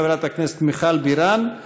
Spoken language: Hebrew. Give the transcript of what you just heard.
חברת הכנסת מיכל בירן,